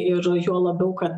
ir juo labiau kad